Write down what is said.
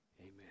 amen